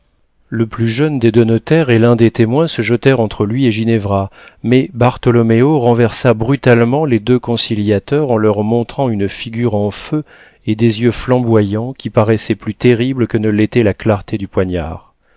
le plus jeune des deux notaires et l'un des témoins se jetèrent entre lui et ginevra mais bartholoméo renversa brutalement les deux conciliateurs en leur montrant une figure en feu et des yeux flamboyants qui paraissaient plus terribles que ne l'était la clarté du poignard